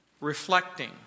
reflecting